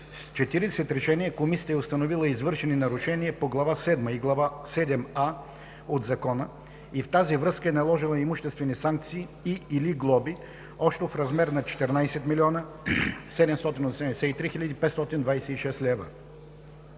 С 40 решения Комисията е установила извършени нарушения по Глава седма и Глава седем „а“ от Закона и в тази връзка е наложила имуществени санкции и/или глоби общо в размер на 14 783 525 лв.